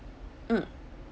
mm